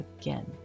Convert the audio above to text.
again